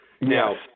Now